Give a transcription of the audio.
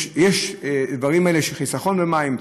יש חיסכון במים,